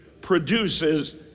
produces